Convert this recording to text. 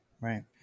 right